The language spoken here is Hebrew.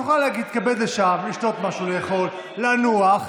תוכל להתכבד, לשתות משהו, לאכול, לנוח.